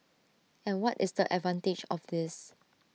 and what is the advantage of this